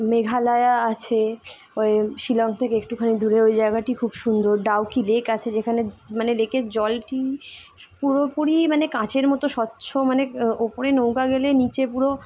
মেঘালয়া আছে ওই শিলং থেকে একটুখানি দূরে ওই জায়গাটি খুব সুন্দর ডাউকি লেক আছে যেখানে মানে লেকের জল টি পুরোপুরি মানে কাঁচের মতো স্বচ্ছ মানে ওপরে নৌকা গেলে নীচে পুরো